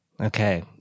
Okay